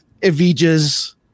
Evijas